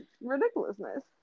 ridiculousness